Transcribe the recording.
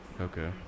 Okay